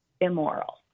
immoral